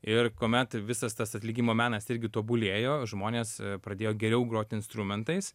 ir kuomet visas tas atlikimo menas irgi tobulėjo žmonės pradėjo geriau grot instrumentais